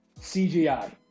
CGI